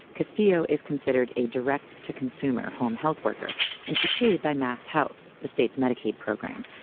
castillo is considered a direct-to-consumer home health worker and she's paid by mass health, the state's medicaid program.